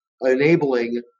enabling